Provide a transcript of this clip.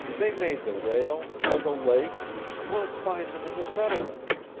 they made the rail or the lake and we'll find them in the settlements.